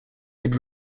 had